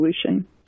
solution